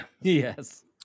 Yes